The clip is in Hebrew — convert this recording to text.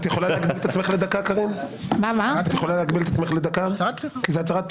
את יכולה להגביל את עצמך לדקה בהצהרת פתיחה?